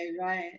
right